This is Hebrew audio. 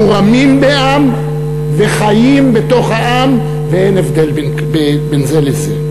מורמים מעם וחיים בתוך העם ואין הבדל בין זה לזה.